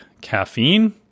caffeine